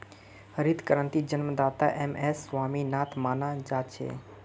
हरित क्रांतिर जन्मदाता एम.एस स्वामीनाथनक माना जा छे